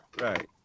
Right